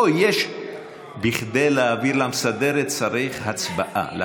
כדי להעביר למסדרת צריך הצבעה.